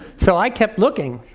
so i kept looking.